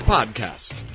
Podcast